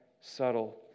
subtle